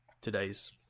today's